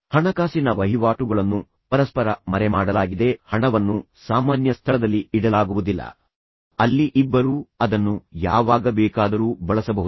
ಹಣಕಾಸಿನ ವಹಿವಾಟುಗಳನ್ನು ಪರಸ್ಪರ ಮರೆಮಾಡಲಾಗಿದೆ ಹಣವನ್ನು ಸಾಮಾನ್ಯ ಸ್ಥಳದಲ್ಲಿ ಇಡಲಾಗುವುದಿಲ್ಲ ಅಲ್ಲಿ ಇಬ್ಬರೂ ಅದನ್ನು ಯಾವಾಗ ಬೇಕಾದರೂ ಬಳಸಬಹುದು